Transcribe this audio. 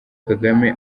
kagame